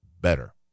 better